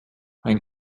ein